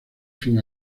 fin